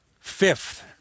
Fifth